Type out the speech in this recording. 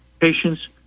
patients